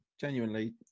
genuinely